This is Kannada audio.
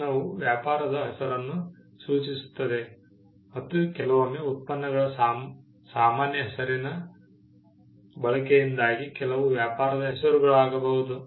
ರತ್ನವು ವ್ಯಾಪಾರದ ಹೆಸರನ್ನು ಸೂಚಿಸುತ್ತದೆ ಮತ್ತು ಕೆಲವೊಮ್ಮೆ ಉತ್ಪನ್ನಗಳ ಸಾಮಾನ್ಯ ಹೆಸರಿನ ಬಳಕೆಯಿಂದಾಗಿ ಕೆಲವು ವ್ಯಾಪಾರದ ಹೆಸರುಗಳಗಳಾಗಬಹು